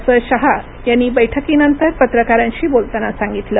असं शहा यांनी बैठकीनंतर पत्रकारांशी बोलताना सांगितलं